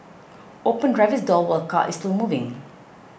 open driver's door while car is still moving